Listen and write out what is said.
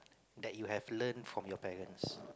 that you have learnt from your parents